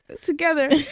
together